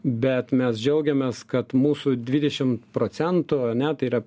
bet mes džiaugiamės kad mūsų dvidešim procentų ane tai yra